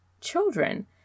children